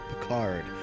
Picard